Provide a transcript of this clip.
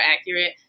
accurate